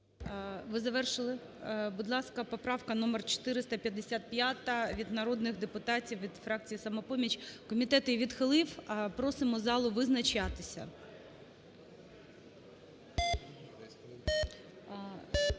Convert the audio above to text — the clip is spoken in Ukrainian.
Ви завершили? Будь ласка, поправка номер 455 від народних депутатів від фракції "Самопоміч". Комітет її відхилив, просимо залу визначатися.